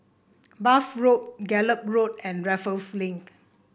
Bath Road Gallop Road and Raffles Link